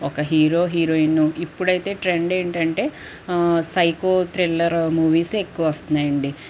ఒక హీరో ఒక హీరోయిన్ను ఇప్పుడైతే ట్రెండ్ ఏంటంటే సైకో థ్రిల్లరు మూవీస్సే ఎక్కువ వస్తున్నాయండి